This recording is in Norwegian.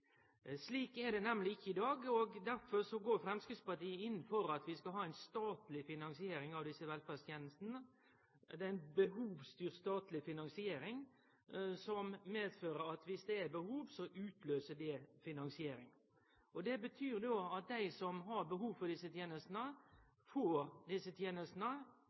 Slik er det ikkje i dag, og derfor går Framstegspartiet inn for at vi skal ha ei statleg finansiering av velferdstenestene. Det er ei behovsstyrt statleg finansiering som medfører at dersom det er behov, utløyser det finansiering. Det betyr at dei som har behov for desse tenestene, får